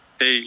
Hey